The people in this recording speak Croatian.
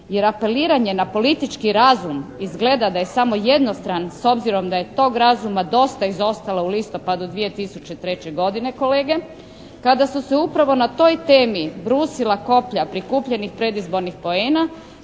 jer apeliranje na politički razum izgleda da je samo jednostran, s obzirom da je tog razuma dosta izostalo u listopadu 2003. godine kolege kada su se upravo na toj temi brusila koplja prikupljenih predizbornih poena,